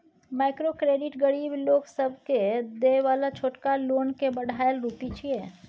micro credit गरीब लोक सबके देय बला छोटका लोन के बढ़ायल रूप छिये